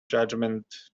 judgement